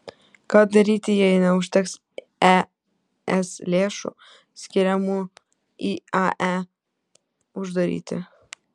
ką daryti jei neužteks es lėšų skiriamų iae uždaryti